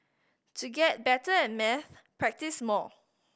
to get better at maths practise more